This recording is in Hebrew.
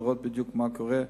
לראות בדיוק מה קורה.